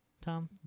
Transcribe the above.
Tom